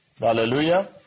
Hallelujah